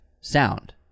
sound